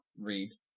Read